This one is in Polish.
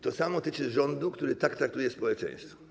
To samo dotyczy rządu, który tak traktuje społeczeństwo.